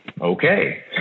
okay